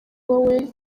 wowe